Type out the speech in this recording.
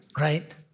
right